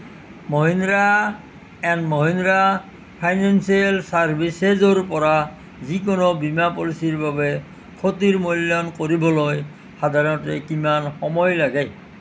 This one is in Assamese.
মহিন্দ্ৰা এণ্ড মহিন্দ্ৰা ফাইনেন্সিয়েল চাৰ্ভিচেছৰ পৰা যিকোনো বীমা পলিচিৰ বাবে ক্ষতিৰ মূল্যায়ন কৰিবলৈ সাধাৰণতে কিমান সময় লাগে